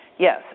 Yes